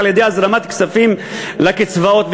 על-ידי הזרמת כספים לקצבאות,